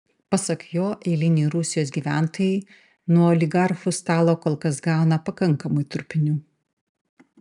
pasak jo eiliniai rusijos gyventojai nuo oligarchų stalo kol kas gauna pakankamai trupinių